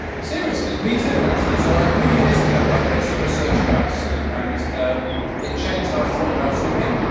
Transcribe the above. seriously. me, too, actually. so a few years ago, i read some research about sleep. and it changed how i thought about sleeping.